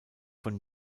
von